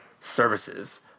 services